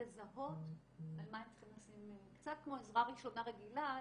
לזהות על מה הם צריכים לשים קצת כמו עזרה ראשונה רגילה.